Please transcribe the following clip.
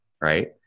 right